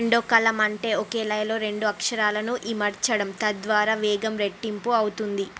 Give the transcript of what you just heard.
రెండో కలం అంటే ఒకే లయలో రెండు అక్షరాలను ఇమడ్చడం తద్వారా వేగం రెట్టింపు అవుతుంది